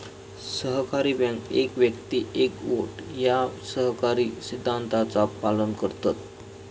सहकारी बँका एक व्यक्ती एक वोट या सहकारी सिद्धांताचा पालन करतत